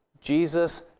Jesus